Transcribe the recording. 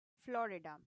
florida